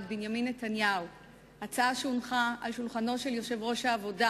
בנימין נתניהו על שולחנו של יושב-ראש העבודה